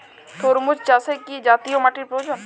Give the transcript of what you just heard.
তরমুজ চাষে কি জাতীয় মাটির প্রয়োজন?